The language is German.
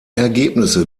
ergebnisse